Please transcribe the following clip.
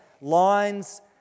lines